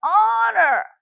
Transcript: honor